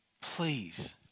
Please